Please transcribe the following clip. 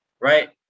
right